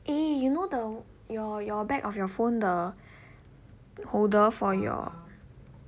eh you know the your your back of your phone the holder for your